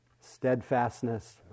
steadfastness